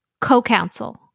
Co-counsel